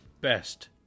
best